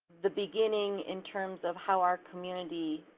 the beginning in terms of how our community